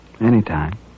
Anytime